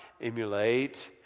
emulate